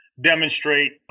demonstrate